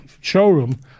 showroom